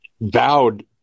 vowed